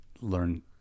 learn